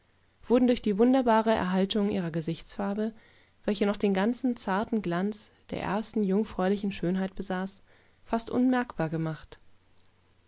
wurden durch die wunderbare erhaltung ihrer gesichtsfarbe welche noch den ganzen zarten glanz der ersten jungfräulichen schönheit besaß fast unbemerkbar gemacht